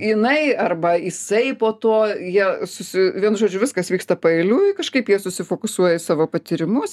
jinai arba jisai po to jie susi vienu žodžiu viskas vyksta paeiliui kažkaip jie susifokusuoja į savo patyrimus